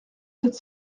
sept